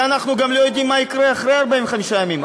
ואנחנו גם לא יודעים מה יקרה אחרי 45 ימים.